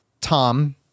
Tom